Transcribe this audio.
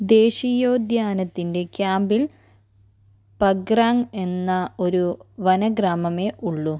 ദേശീയോദ്യാനത്തിൻ്റെ ക്യാമ്പിൽ പഗ്രാങ് എന്ന ഒരു വനഗ്രാമമേ ഉള്ളൂ